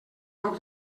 foc